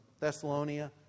Thessalonia